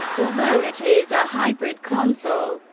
although it is a hybrid console,